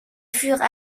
furent